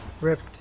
ripped